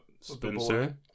spencer